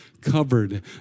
covered